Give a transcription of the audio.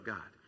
God